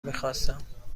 میخواستم